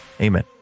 amen